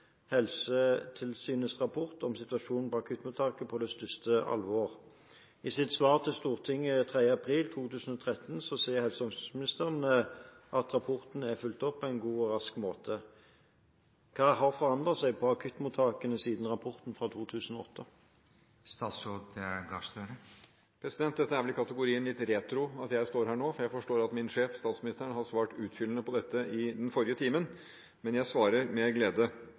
at rapporten er fulgt opp på en god og rask måte. Hva har forandret seg på akuttmottakene siden rapporten fra 2008?» Det er vel i kategorien litt retro at jeg står her nå, for jeg forstår at min sjef statsministeren har svart utfyllende på dette i den forrige timen. Men jeg svarer med glede.